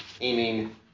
Aiming